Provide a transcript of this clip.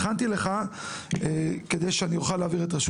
כרגע רשות